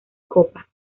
copa